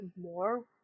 more